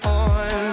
on